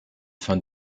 von